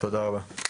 תודה רבה.